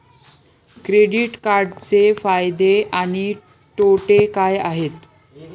Credit कार्डचे फायदे आणि तोटे काय आहेत?